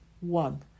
one